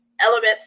elements